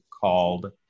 called